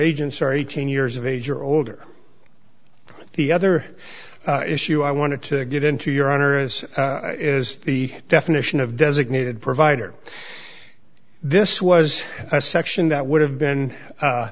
agents are each in years of age or older the other issue i wanted to get into your honor is is the definition of designated provider this was a section that would have been